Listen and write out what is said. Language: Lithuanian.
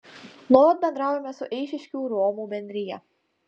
nuolat bendraujame su eišiškių romų bendrija